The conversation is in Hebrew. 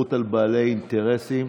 התגברות על בעלי אינטרסים.